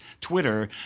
Twitter